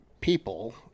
people